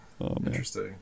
interesting